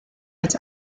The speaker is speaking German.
als